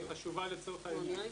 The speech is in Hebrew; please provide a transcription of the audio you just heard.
היא חשובה לצורך העניין.